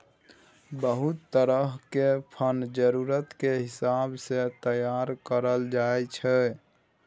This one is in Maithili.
बहुत तरह के फंड जरूरत के हिसाब सँ तैयार करल जाइ छै